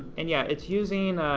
and yeah, it's using,